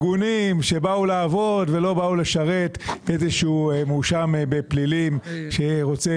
הגונים שבאו לעבוד ולא באו לשרת איזשהו מואשם בפלילים שרוצה